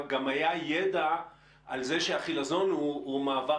גם היה ידע על כך שהחילזון הוא מעבר